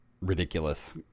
ridiculous